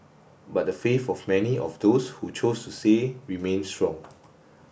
but the faith of many of those who chose to say remains strong